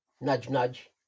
nudge-nudge